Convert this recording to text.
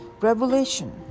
Revelation